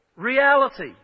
reality